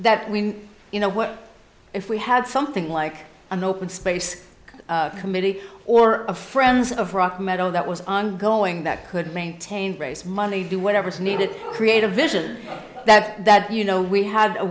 that we you know what if we had something like an open space committee or a friends of rock meadow that was ongoing that could maintain race money do whatever's needed create a vision that that you know we ha